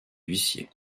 huissiers